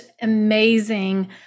amazing